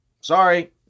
sorry